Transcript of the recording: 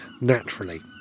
naturally